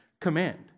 command